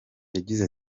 yagize